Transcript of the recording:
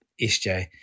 SJ